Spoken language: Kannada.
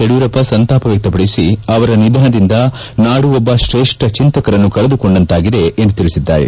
ಯಡಿಯೂರಪ್ಪ ಸಂತಾಪ ವ್ಯಕ್ತಪಡಿಸಿ ಅವರ ನಿಧನದಿಂದ ನಾಡು ಒಬ್ಬ ತ್ರೇಷ್ಠ ಚಿಂತಕರನ್ನು ಕಳೆದುಕೊಂಡಂತಾಗಿದೆ ಎಂದು ತಿಳಿಸಿದ್ದಾರೆ